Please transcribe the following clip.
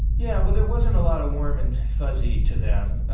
yeah, well there wasn't a lot of warm and fuzzy to them.